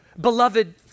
Beloved